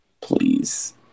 Please